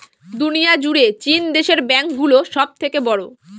দুনিয়া জুড়ে চীন দেশের ব্যাঙ্ক গুলো সব থেকে বড়ো